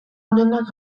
onenak